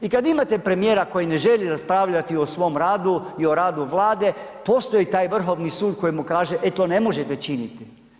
I kad imate premijera koji ne želi raspravljati o svom radu i o radu Vlade postoji taj Vrhovni sud koji mu kaže e to ne možete činiti.